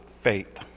Faith